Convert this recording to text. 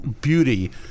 beauty